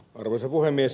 arvoisa puhemies